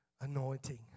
anointing